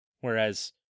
Whereas